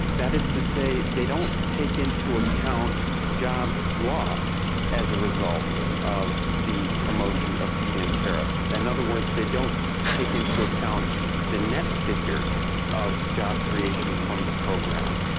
that is to say, they don't take into account jobs lost as a result of the promotion of feed-in tariffs. in and other words, they don't take into account the net figures of job creation from the program.